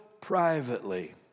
privately